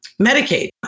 Medicaid